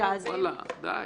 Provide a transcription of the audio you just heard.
ואללה, די.